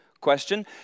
question